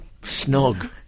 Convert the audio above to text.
snug